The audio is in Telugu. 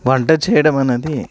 వంట చేయడం అన్నది